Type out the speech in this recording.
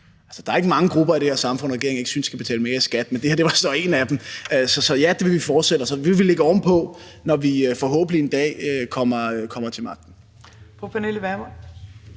der er ikke mange grupper i det her samfund, som regeringen ikke synes skal betale mere i skat, men det her var så en af dem. Så ja, vi vil fortsætte med arbejdet, og så vil vi lægge ovenpå, når vi forhåbentlig en dag kommer til magten.